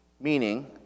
meaning